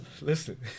Listen